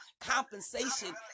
Compensation